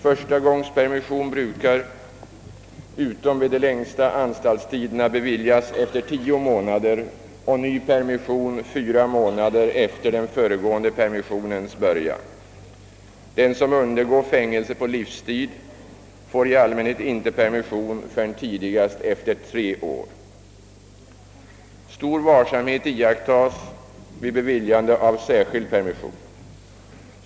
Förstagångspermission brukar, utom vid de längsta anstaltstiderna, beviljas efter tio månader och ny permission fyra månader efter den föregående permissionens början. Den som undergår fängelse på livstid får i allmänhet inte permission förrän tidigast efter tre år. Stor varsamhet iakttas vid beviljande av särskild permission.